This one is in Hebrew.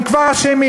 הם כבר אשמים.